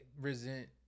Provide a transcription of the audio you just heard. resent